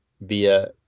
via